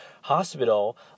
Hospital